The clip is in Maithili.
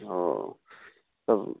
हाँ तब